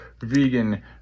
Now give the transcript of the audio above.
vegan